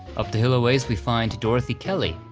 up the hill a ways we find dorothy kelly,